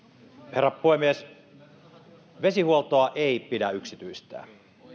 herra puhemies vesihuoltoa ei pidä yksityistää